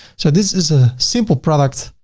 so this is a simple product.